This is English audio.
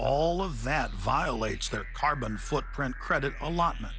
all of that violates their carbon footprint credit allotment